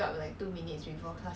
oh my god